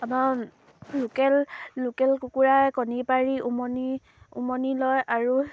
আমাৰ local local কুকুৰাই কণী পাৰি উমনি উমনি লয় আৰু